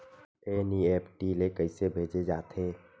NEFT ले कइसे भेजे जाथे?